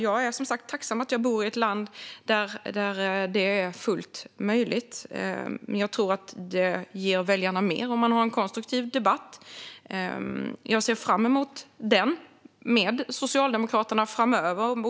Jag är som sagt tacksam att jag bor i ett land där detta är fullt möjligt, men jag tror att det ger väljarna mer om man har en konstruktiv debatt. Jag ser fram emot en sådan med Socialdemokraterna framöver.